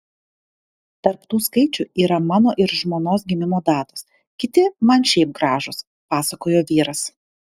tarp tų skaičių yra mano ir žmonos gimimo datos kiti man šiaip gražūs pasakojo vyras